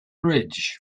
bridge